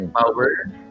power